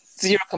Zero